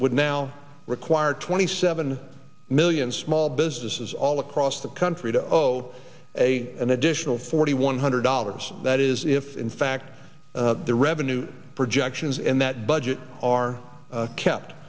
would now require twenty seven million small businesses all across the country to owe a an additional forty one hundred dollars that is if in fact the revenue projections in that budget